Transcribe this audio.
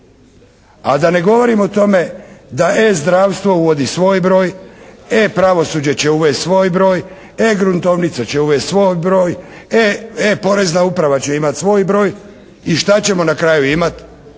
A da ne govorimo o tome da e-zdravstvo uvodi svoj broj. E-pravosuđe će uvesti svoj broj. E-gruntovnica će uvesti svoj broj. E-porezna uprava će imati svoj broj. I šta ćemo na kraju imati?